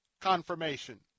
confirmation